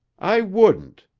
i wouldn't,